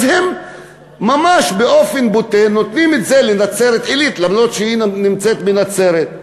אז ממש באופן בוטה נותנים את זה לנצרת-עילית אף-על-פי שהוא נמצא בנצרת.